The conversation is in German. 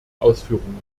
ausführungen